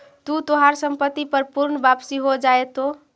तू तोहार संपत्ति पर पूर्ण वापसी हो जाएतो